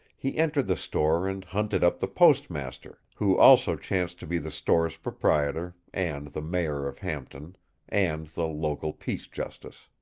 he entered the store and hunted up the postmaster, who also chanced to be the store's proprietor and the mayor of hampton and the local peace justice.